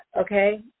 okay